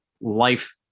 life